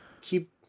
keep